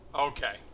Okay